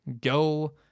go